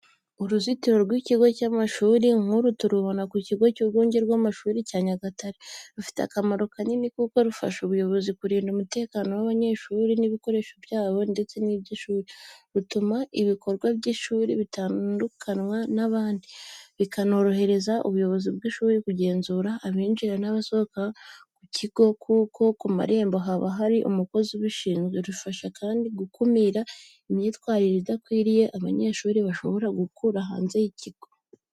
Uruzitiro rw’ikigo cy’amashuri nk'uru tubona ku kigo cy'urwunge rw'amashuri cya Nyagatare, rufite akamaro kanini kuko rufasha ubuyobozi kurinda umutekano w’abanyeshuri n’ibikoresho byabo ndetse n’iby’ishuri, rutuma ibikorwa by’ishuri bitandukanywa n’iby’abandi, bikanorohereza ubuyobozi bw'ishuri kugenzura abinjira n’abasohoka mu kigo kuko ku marembo haba hari umukozi ubishinzwe. Rufasha kandi gukumira imyitwarire idakwiriye abanyeshuri bashobora gukura hanze y’ikigo.